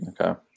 Okay